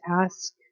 ask